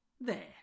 There